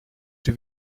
czy